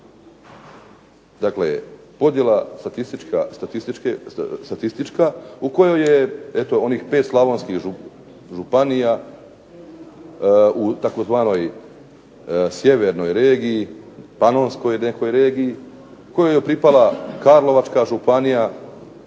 Dakle, podjela statistička u kojoj je eto onih pet slavonskih županija u tzv. sjevernoj regiji, panonskoj nekoj regiji, kojoj je pripala Karlovačka županija,